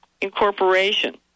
incorporation